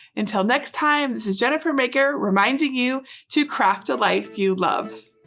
until next time, this is jennifer maker reminding you to craft a life you love.